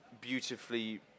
beautifully